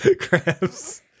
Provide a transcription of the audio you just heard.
Crabs